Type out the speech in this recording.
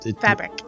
fabric